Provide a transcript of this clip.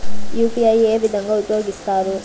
UPI ఏ విధంగా ఉపయోగిస్తారు?